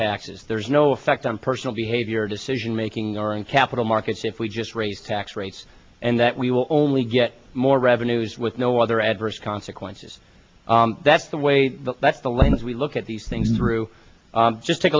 taxes there's no effect on personal behavior decisionmaking or in capital markets if we just raise tax rates and that we will only get more revenues with no other adverse consequences that's the way that that's the lens we look at these things through just take